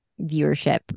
viewership